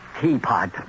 teapot